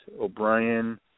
O'Brien